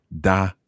da